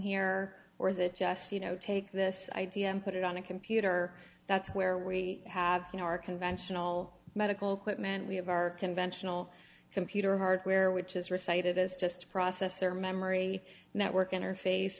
here or is it just you know take this idea and put it on a computer that's where we have you know our conventional medical quitman we have our conventional computer hardware which is recited as just processor memory network interface